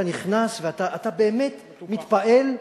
אתה נכנס ואתה באמת מתפעל.